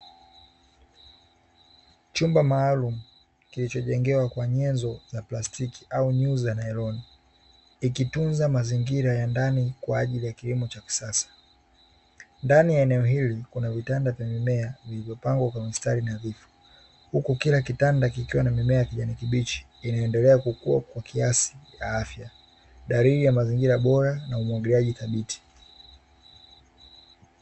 Chumba maalumu kilichojengewa kwa nyenzo za plastiki ikitunza mazingira ya ndani kwa ajili ya kilimo cha kisasa, ndani ya eneo hili kuna vitanda vya mimea vilivyopangwa kwa mstari nadhifu, huku kila kitanda kikiwa na mimea ya kijani kibichi inayoendelea kukua kwa kiasi ya afya dalili ya mazingira bora na umwagiliaji thabiti.